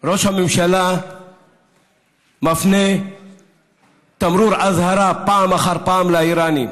ראש הממשלה מפנה תמרור אזהרה פעם אחר פעם לאיראנים,